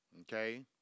Okay